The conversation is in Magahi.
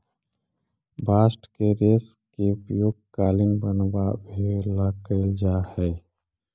बास्ट के रेश के उपयोग कालीन बनवावे ला कैल जा हई